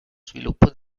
sviluppo